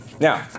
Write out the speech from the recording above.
Now